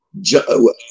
Joe